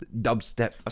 dubstep